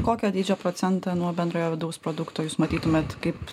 kokio dydžio procentą nuo bendrojo vidaus produkto jūs matytumėt kaip